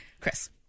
Chris